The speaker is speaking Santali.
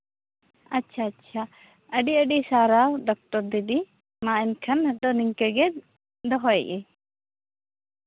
ᱟᱪᱪᱷᱟ ᱟᱪᱪᱷᱟ ᱟᱹᱰᱤᱼᱟᱹᱰᱤ ᱥᱟᱨᱦᱟᱣ ᱰᱟᱠᱛᱟᱨ ᱫᱤᱫᱤ ᱢᱟ ᱮᱱᱠᱷᱟᱱ ᱱᱤᱛᱳᱜ ᱫᱚ ᱤᱱᱠᱟᱹ ᱜᱮ ᱫᱚᱦᱚᱭᱮᱫ ᱟᱹᱧ